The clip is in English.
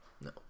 No